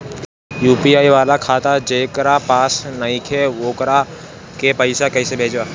UPI वाला खाता जेकरा पास नईखे वोकरा के पईसा कैसे भेजब?